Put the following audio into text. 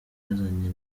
yazanye